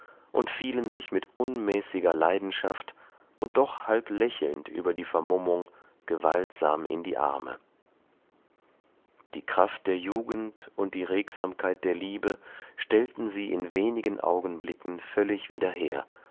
und fielen sich mit unmäßiger leidenschaft und doch halb lächelnd über die vermummung gewaltsam in die arme die kraft der jugend und die regsamkeit der liebe stellten sie in wenigen augenblicken völlig wieder her